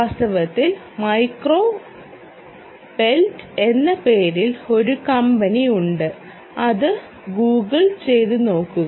വാസ്തവത്തിൽ മൈക്രോപെൽറ്റ് എന്ന പേരിൽ ഒരു കമ്പനി ഉണ്ട് അത് ഗൂഗിൾ ചെയ്തു നോക്കുക